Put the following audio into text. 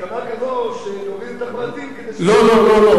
הסכמה כזאת שנוריד את הפרטים כדי, לא לא, לא לא.